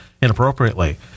inappropriately